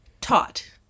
taught